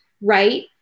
right